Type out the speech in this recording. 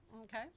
Okay